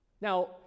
Now